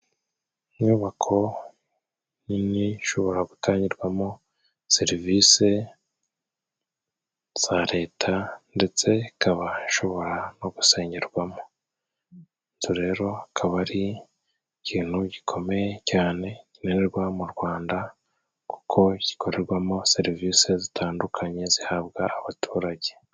Inyubako nini ishobora gutangirwamo serivise za Leta, ndetse ikaba ishobora no gusengerwamo. Inzu rero akaba ari ikintu gikomeye cyane gikenerwa mu Rwanda. Kuko gikorerwamo serivise zitandukanye, zihabwa abaturage.